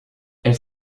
elle